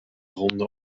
ronde